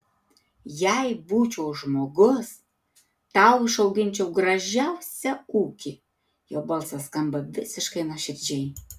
jei būčiau žmogus tau išauginčiau gražiausią ūkį jo balsas skamba visiškai nuoširdžiai